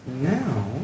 now